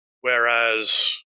whereas